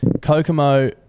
Kokomo